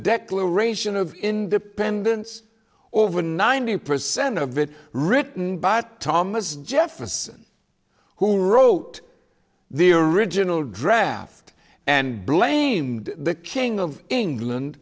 declaration of independence or over ninety percent of it written but thomas jefferson who wrote the original draft and blamed the king of england